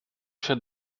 się